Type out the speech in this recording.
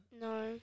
No